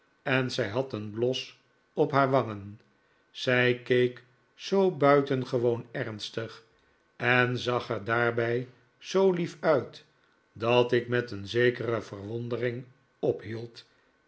en zij had een bios op haar wangen zij keek zoo buitengewoon ernstig en zag er daarbij zoo lief uit dat ik met een zekere verwondering ophield